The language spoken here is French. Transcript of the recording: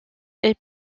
est